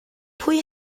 pwy